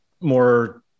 more